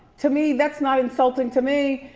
to me, that's not insulting to me.